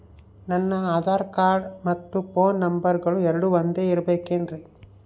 ನನ್ನ ಆಧಾರ್ ಕಾರ್ಡ್ ಮತ್ತ ಪೋನ್ ನಂಬರಗಳು ಎರಡು ಒಂದೆ ಇರಬೇಕಿನ್ರಿ?